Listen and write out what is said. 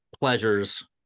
pleasures